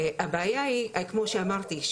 הבעיה היא כמו שאמרתי,